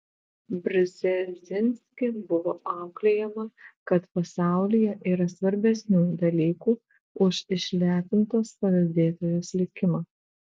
brzezinski buvo auklėjama kad pasaulyje yra svarbesnių dalykų už išlepintos paveldėtojos likimą